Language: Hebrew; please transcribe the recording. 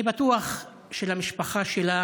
אני בטוח שלמשפחה שלה